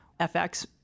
FX